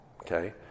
Okay